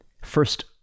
first